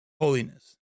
holiness